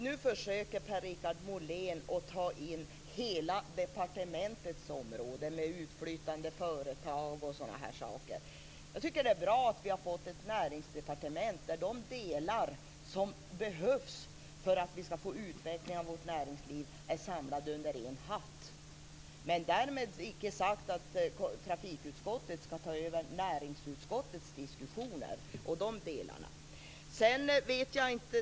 Nu försöker Per-Richard Molén att ta in hela departementets område med utflyttande företag och annat. Jag tycker att det är bra att vi har fått ett näringsdepartement, där de delar som behövs för att vårt näringsliv skall få utvecklas är samlade under en hatt. Men därmed icke sagt att trafikutskottet skall ta över näringsutskottets diskussioner och deras frågor.